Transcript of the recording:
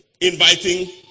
inviting